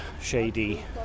shady